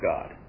God